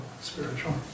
spiritual